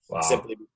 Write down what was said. simply